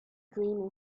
dream